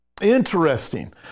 interesting